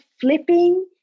flipping